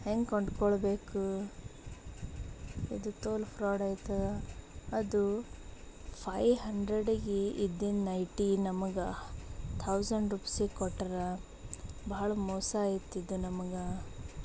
ಹೆಂಗೆ ಕೊಂಡ್ಕೊಳ್ಬೇಕು ಇದು ತೋಲ್ ಫ್ರಾಡ್ ಐತದ ಅದು ಫೈ ಹಂಡ್ರೆಡಗಿ ಇದ್ದಿದ್ದ ನೈಟಿ ನಮಗೆ ಥೌಸಂಡ್ ರುಪಿಸಿಗೆ ಕೊಟ್ರೆ ಬಹಳ ಮೋಸ ಐತಿದು ನಮಗೆ